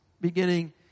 beginning